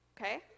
Okay